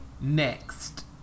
next